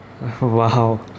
Wow